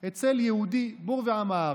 משקי הבית בישראל.